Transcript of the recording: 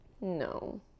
No